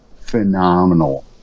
phenomenal